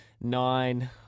nine